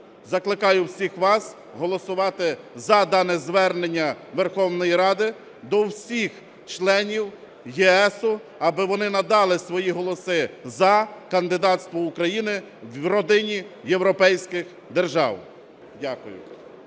Закликаю всіх вас голосувати за дане звернення Верховної Ради до всіх членів ЄС, аби вони надали свої голоси за кандидатство України в родині європейських держав. Дякую.